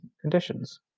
conditions